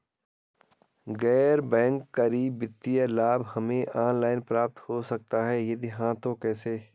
गैर बैंक करी वित्तीय लाभ हमें ऑनलाइन प्राप्त हो सकता है यदि हाँ तो कैसे?